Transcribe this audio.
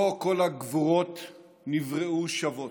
לא כל הגבורות נבראו שוות.